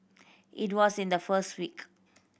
it was in the first week